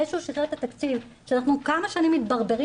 זה שהוא שחרר את התקציב שאנחנו כמה שנים מתברברים